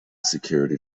security